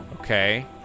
Okay